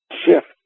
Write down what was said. shift